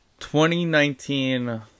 2019